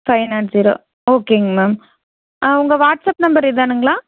five nought zero ஓகேங்க ma'am உங்கள் WhatsApp number இதானுங்களா